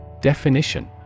Definition